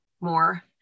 more